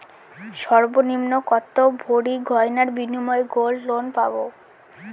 সর্বনিম্ন কত ভরি গয়নার বিনিময়ে গোল্ড লোন পাব?